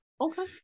Okay